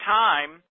time